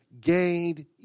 gained